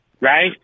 Right